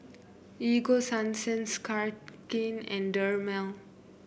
Ego Sunsense Cartigain and Dermale